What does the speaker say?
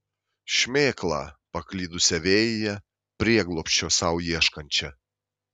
šmėklą paklydusią vėjyje prieglobsčio sau ieškančią